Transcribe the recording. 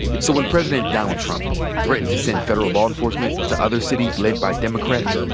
so when president donald trump threatened to send federal law enforcement to other cities led by democrats,